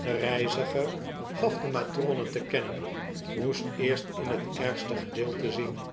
de reiziger gaf de matrone te kennen moest eerst in t ergste gedeelte zien